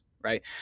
right